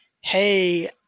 hey